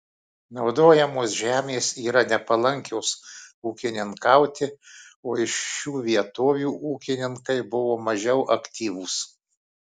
naudojamos žemės yra nepalankios ūkininkauti o iš šių vietovių ūkininkai buvo mažiau aktyvūs